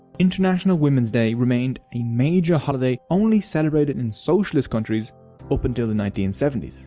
international women's day remained a major holiday only celebrated in socialist countries up until the nineteen seventy s.